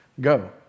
go